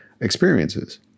experiences